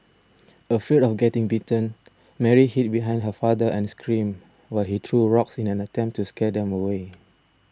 afraid of getting bitten Mary hid behind her father and screamed while he threw rocks in an attempt to scare them away